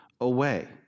away